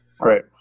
Right